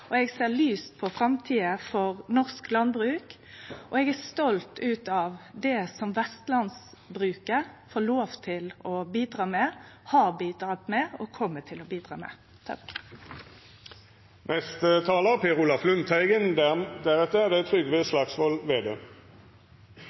samarbeid. Eg ser lyst på framtida for norsk landbruk, og eg er stolt av det vestlandsbruket får lov til å bidra med, har bidratt med og kjem til å bidra med. Den største utfordringen er overproduksjon. Det